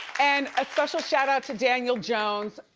and a special shout out to daniel jones.